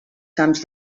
camps